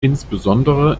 insbesondere